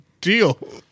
Deal